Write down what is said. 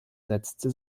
setzte